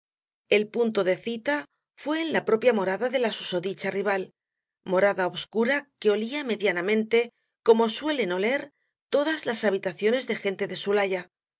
el punto de cita fué en la propia morada de la susodicha rival morada obscura y que olía medianamente como suelen oler todas las habitaciones de gente de su laya